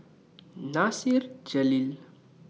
Nasir Jalil